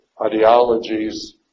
ideologies